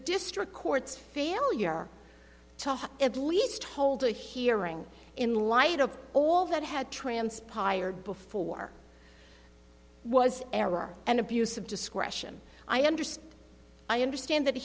district court's failure to have at least hold a hearing in light of all that had transpired before was error and abuse of discretion i understand i understand that